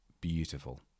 beautiful